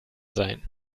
sein